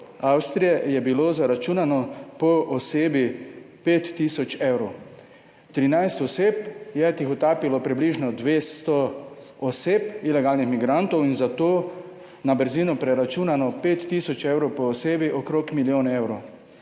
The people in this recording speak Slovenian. Avstrije je bilo zaračunano po osebi 5 tisoč evrov. 13 oseb, je tihotapilo približno 200 oseb ilegalnih migrantov in za to na brzino preračunano, 5 tisoč evrov po osebi, okrog milijon evrov.